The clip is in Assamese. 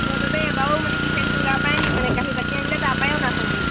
সটোাতে এবাৰ মানে কিচেন চিঙাৰ পৰাই নিমানে কাঁীতি আনিলে ত পৰাায়ও নয় আমাক